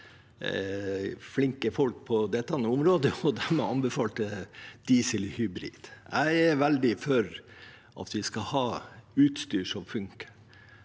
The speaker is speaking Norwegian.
flinke folk på dette området, og de anbefalte diesel/hybrid. Jeg er veldig for at vi skal ha utstyr som funker.